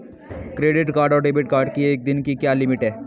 Credit card और debit card की एक दिन की लिमिट क्या है?